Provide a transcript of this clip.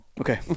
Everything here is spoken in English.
Okay